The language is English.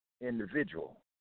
individual